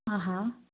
ಹಾಂ ಹಾಂ